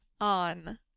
on